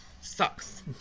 sucks